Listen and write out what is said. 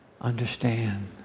understand